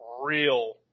real